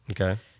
Okay